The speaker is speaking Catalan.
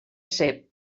ser